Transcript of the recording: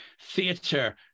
theatre